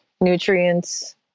nutrients